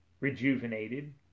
rejuvenated